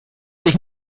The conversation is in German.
dich